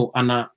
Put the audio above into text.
ana